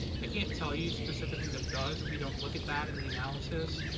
i can't tell you specifically that it does. we don't look at that in the analysis.